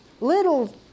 little